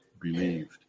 believed